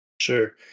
Sure